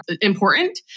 important